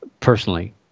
Personally